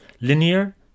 Linear